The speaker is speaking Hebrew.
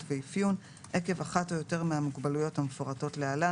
ואפיון עקב אחת או יותר מהמוגבלויות המפורטות להלן,